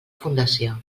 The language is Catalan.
fundació